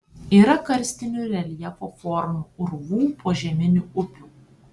yra karstinių reljefo formų urvų požeminių upių